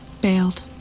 bailed